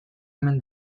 omen